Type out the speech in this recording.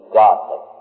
godly